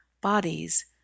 bodies